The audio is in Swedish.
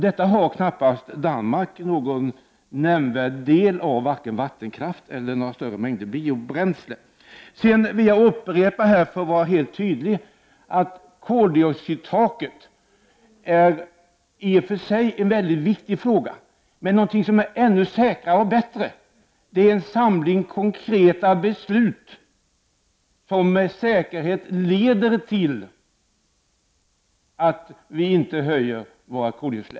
Danmark har knappast någon vattenkraft eller några biobränslen. För att vara helt tydlig vill jag upprepa att koldioxidtaket i och för sig är en mycket viktig fråga. Men något som är ännu bättre är en samling konkreta beslut som med säkerhet leder till att inte koldioxidutsläppen ökar.